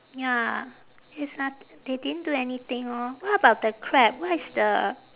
ya there's no~ they didn't do anything orh what about the crab what is the